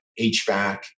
HVAC